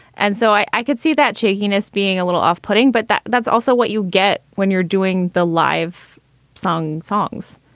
and so i could see that cheekiness being a little off putting. but that's also what you get when you're doing the live song songs.